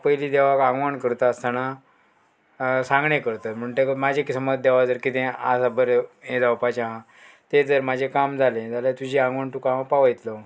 पयलीं देवाक आंगवण करता आसतना सांगणें करतात म्हणटकच म्हाजें समज देव जर कितें आसा बरें हें जावपाचें आहा तें जर म्हाजें काम जालें जाल्यार तुजी आंगवण तुका हांव पावयतलो